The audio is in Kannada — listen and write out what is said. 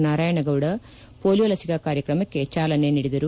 ನಾರಾಯಣಗೌದ ಪೊಲಿಯೋ ಲಸಿಕಾ ಕಾರ್ಯಕ್ರಮಕ್ಕೆ ಚಾಲನೆ ನೀಡಿದರು